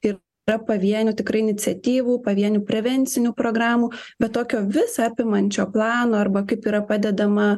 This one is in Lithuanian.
ir ta pavienių tikrai iniciatyvų pavienių prevencinių programų bet tokio visa apimančio plano arba kaip yra padedama